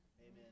Amen